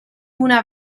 una